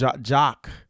jock